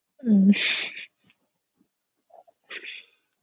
mm